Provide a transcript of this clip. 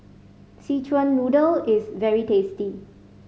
Szechuan Noodle is very tasty